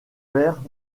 père